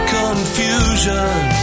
confusion